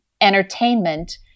entertainment